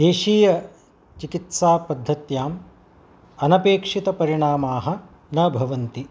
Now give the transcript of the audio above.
देशीयचिकित्सापद्धत्याम् अनपेक्षितपरिणामाः न भवन्ति